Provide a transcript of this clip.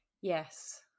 yes